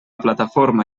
plataforma